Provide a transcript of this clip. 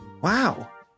Wow